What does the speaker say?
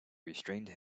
restrained